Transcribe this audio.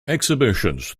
exhibitions